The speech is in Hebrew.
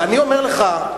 ואני אומר לך,